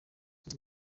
izi